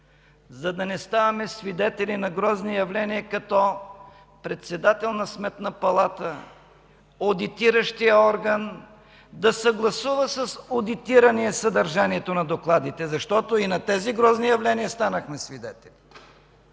за да не ставаме свидетели на грозни явления, като председател на Сметна палата, одитиращият орган да съгласува с одитирания съдържанието на докладите, защото и на такива грозни явления станахме свидетели.